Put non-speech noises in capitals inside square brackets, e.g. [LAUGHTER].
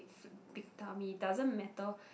[NOISE] big tummy doesn't matter